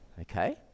Okay